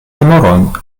memorojn